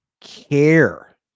care